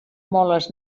moles